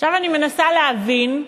עכשיו אני מנסה להבין,